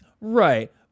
right